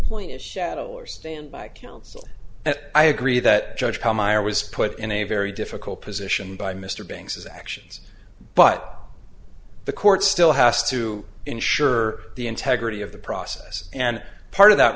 point is shadow or stand by counsel and i agree that judge how meyer was put in a very difficult position by mr bangs his actions but the court still has to ensure the integrity of the process and part of that